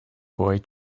boy